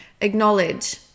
Acknowledge